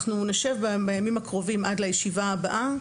אנחנו נשב בימים הקרובים עד לישיבה הבאה,